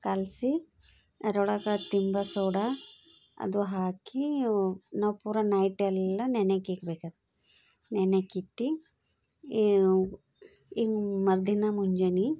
ಕಲಸಿ ಅದ್ರೊಳಗೆ ತಿಂಬೋ ಸೋಡಾ ಅದು ಹಾಕಿ ನಾವು ಪೂರಾ ನೈಟೆಲ್ಲ ನೆನ್ಯೋಕಿಡ್ಬೇಕದು ನೆನ್ಯೋಕಿಟ್ಟು ಏನು ಈಗ ಮರುದಿನ ಮುಂಜಾನೆ